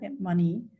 money